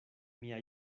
mia